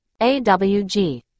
awg